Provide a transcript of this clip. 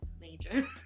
major